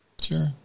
Sure